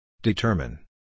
Determine